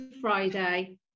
Friday